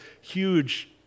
huge